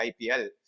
IPL